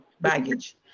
baggage